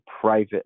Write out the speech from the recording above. private